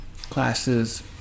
classes